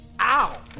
Ow